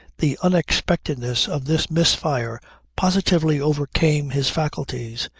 the unexpectedness of this misfire positively overcame his faculties.